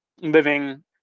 living